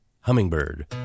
hummingbird